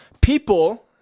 people